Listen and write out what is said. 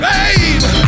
Babe